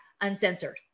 Uncensored